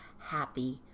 happy